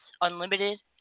Unlimited